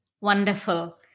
Wonderful